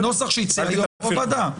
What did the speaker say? זה נוסח שהצעת בוועדה.